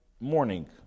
morning